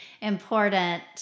important